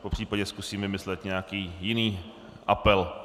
Popřípadě zkusím vymyslet nějaký jiný apel.